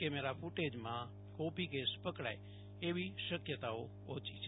camera ક્રટેજમાં ક્રોપી case પકડાય એવી શક્યતાઓ ઓછી છે